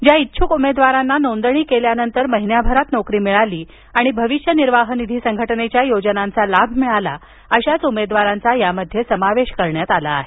ज्या इच्छुक उमेदवारांना नोंदणी केल्यानंतर महिन्याभरात नोकरी मिळाली आणि अविष्य निर्वाह निधी संघटनेच्या योजनांचा लाभ मिळाला अशाच उमेदवारांचा यामध्ये समावेश करण्यात आला आहे